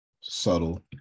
subtle